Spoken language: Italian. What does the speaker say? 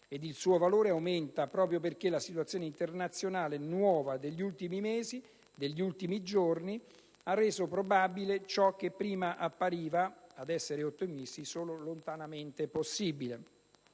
ed il suo valore aumenta proprio perché la situazione internazionale nuova, degli ultimi mesi, degli ultimi giorni, ha reso probabile ciò che prima appariva, ad essere ottimisti, solo lontanamente possibile.